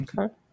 Okay